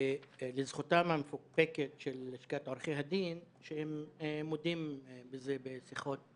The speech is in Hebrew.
לזכותה המפוקפקת של לשכת עורכי הדין ייאמר שהם מודים בזה בשיחות